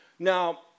Now